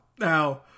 Now